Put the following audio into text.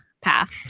path